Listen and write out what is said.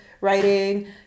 writing